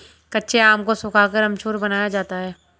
कच्चे आम को सुखाकर अमचूर बनाया जाता है